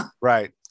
Right